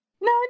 No